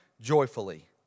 joyfully